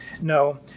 No